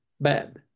bad